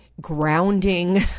grounding